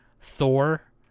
Thor